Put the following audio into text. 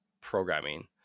programming